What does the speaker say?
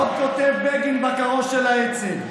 עוד כותב בגין בכרוז של האצ"ל: